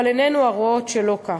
אבל עינינו הרואות שלא כך.